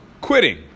quitting